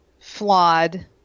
flawed